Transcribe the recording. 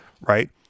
right